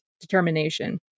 determination